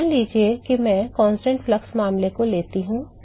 तो मान लीजिए कि मैं स्थिर प्रवाह मामले लेता हूं